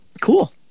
Cool